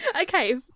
Okay